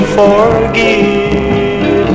forgive